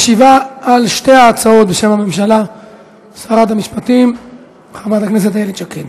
משיבה על שתי ההצעות בשם הממשלה שרת המשפטים חברת הכנסת איילת שקד.